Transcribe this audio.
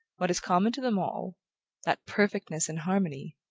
what is common to them all that perfectness and harmony,